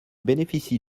bénéficie